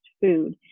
food